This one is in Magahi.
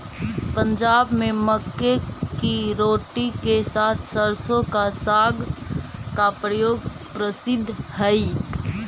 पंजाब में मक्के की रोटी के साथ सरसों का साग का प्रयोग प्रसिद्ध हई